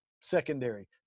Secondary